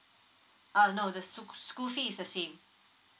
uh no the school school fee is the same